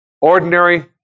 ordinary